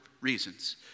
reasons